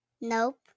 Nope